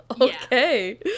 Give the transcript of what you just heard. okay